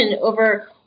over